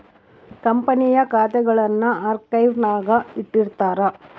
ಕಂಪನಿಯ ಖಾತೆಗುಳ್ನ ಆರ್ಕೈವ್ನಾಗ ಇಟ್ಟಿರ್ತಾರ